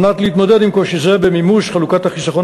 על מנת להתמודד עם קושי זה במימוש חלוקת החיסכון